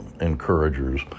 encouragers